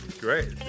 Great